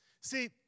See